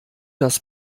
das